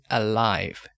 alive